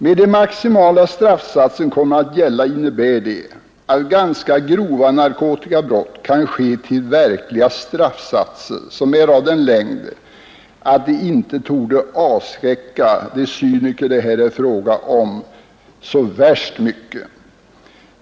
Med de maximala straffsatser som kommer att gälla innebär detta att ganska grova narkotikabrott kan ske till straffsatser som i verkligheten är av sådan längd att de inte torde avskräcka de cyniker det här är fråga om särskilt mycket.